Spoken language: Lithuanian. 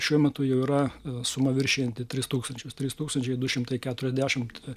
šiuo metu jau yra suma viršijanti tris tūkstančius trys tūkstančiai du šimtai keturiasdešimt